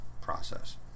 process